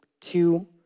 two